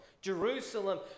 Jerusalem